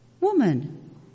Woman